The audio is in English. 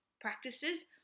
practices